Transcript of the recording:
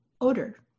odor